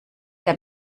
der